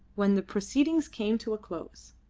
when the proceedings came to a close.